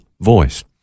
voice